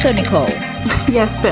so nicole yes, bill,